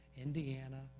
Indiana